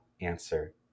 answer